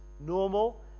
normal